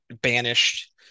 banished